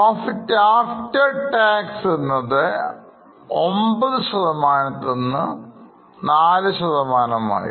profit after tax എന്നത് 9 ശതമാനത്തിൽ നിന്ന് 4 ആയി